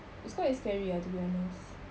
it's quite scary ah to be honest